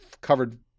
covered